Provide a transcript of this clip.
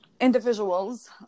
individuals